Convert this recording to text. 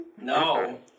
no